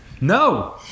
No